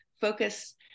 focus